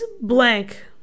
blank